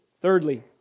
Thirdly